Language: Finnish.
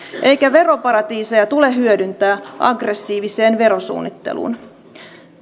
eikä veroparatiiseja tule hyödyntää aggressiiviseen verosuunnitteluun